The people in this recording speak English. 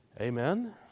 Amen